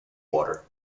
water